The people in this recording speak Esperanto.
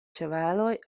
ĉevaloj